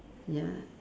ya